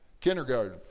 Kindergarten